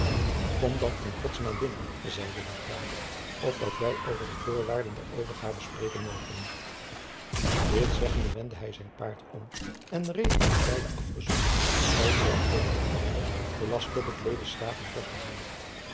komt dan in gods naam binnen zeide de graaf opdat wij over de voorwaarden der overgave spreken mogen dit zeggende wendde hij zijn paard om en reed met de beide afgezondenen de valbrug over velasco bekleedde s graven